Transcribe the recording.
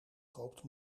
koopt